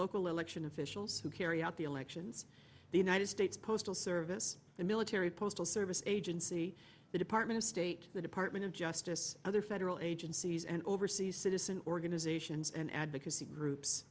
local election officials who carry out the elections the united states postal service the military postal service agency the department of state the department of justice other federal agencies and overseas citizen organizations and advocacy groups